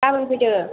गाबोन फैदो